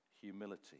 humility